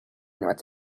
north